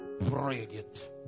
Brilliant